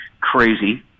crazy